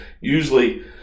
usually